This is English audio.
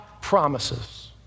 promises